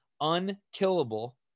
unkillable